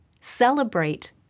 Celebrate